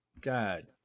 God